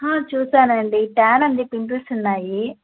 చూశానండి ట్యాన్ ఉంది పింపుల్స్ ఉన్నాయి